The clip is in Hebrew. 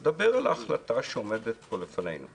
אני מדבר על ההחלטה שעומדת פה לפנינו.